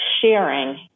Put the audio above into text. sharing